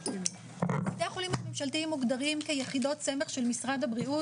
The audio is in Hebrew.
בתי החולים הממשלתיים מוגדרים כיחידות סמך של משרד הבריאות,